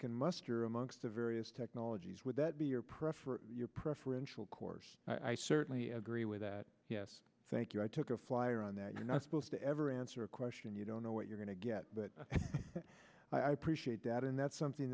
can muster amongst the various technologies would that be your preference your preferential course i certainly agree with that yes thank you i took a flyer on that you're not supposed to ever answer a question you don't know what you're going to get but i appreciate that and that's something